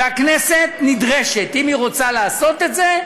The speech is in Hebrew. והכנסת נדרשת, אם היא רוצה לעשות את זה,